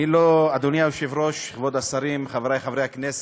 אדוני היושב-ראש, כבוד השרים, חברי חברי הכנסת,